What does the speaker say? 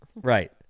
Right